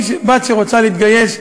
בת שרוצה להתגייס,